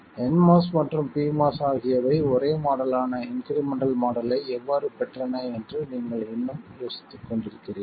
nMOS மற்றும் pMOS ஆகியவை ஒரே மாடல் ஆன இன்க்ரிமெண்டல் மாடலை எவ்வாறு பெற்றன என்று நீங்கள் இன்னும் யோசித்துக்கொண்டிருக்கிறீர்கள்